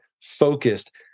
focused